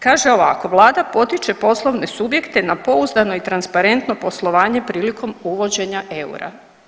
Kaže ovako, Vlada potiče poslovne subjekte na pouzdano i transparentno poslovanje prilikom uvođenja eura.